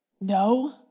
No